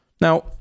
Now